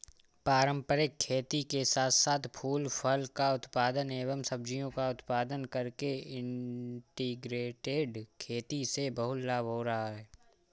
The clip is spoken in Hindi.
पारंपरिक खेती के साथ साथ फूल फल का उत्पादन एवं सब्जियों का उत्पादन करके इंटीग्रेटेड खेती से बहुत लाभ हो रहा है